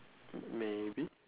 maybe